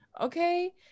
okay